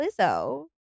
Lizzo